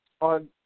On